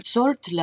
Salt